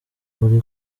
uri